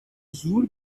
زور